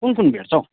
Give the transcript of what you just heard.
कुन कुन भेट्छ हौ